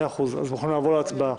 מאה אחוז, אני מוכן לעבור להצבעה.